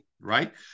right